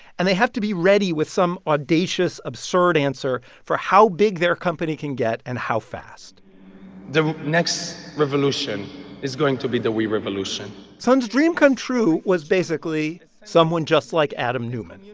and they have to be ready with some audacious, absurd answer for how big their company can get and how fast the next revolution is going to be the we revolution son's dream come true was basically someone just like adam neumann,